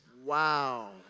Wow